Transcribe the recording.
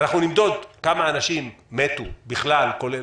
אנחנו נבדוק כמה אנשים מתו בכלל,